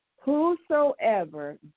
Whosoever